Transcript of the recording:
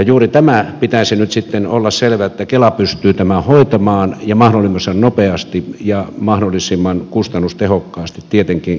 juuri tämän pitäisi nyt sitten olla selvä että kela pystyy tämän hoitamaan ja mahdollisimman nopeasti ja mahdollisimman kustannustehokkaasti tietenkin käyttäjän näkökulmasta